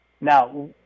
Now